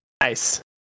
Nice